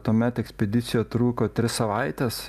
tuomet ekspedicija truko tris savaites